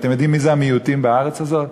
ואתם יודעים מי הם המיעוטים בארץ הזאת?